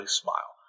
smile